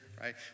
right